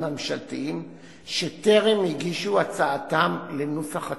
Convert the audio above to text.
הממשלתיים שטרם הגישו הצעתם לנוסח התקנות.